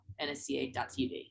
nsca.tv